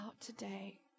today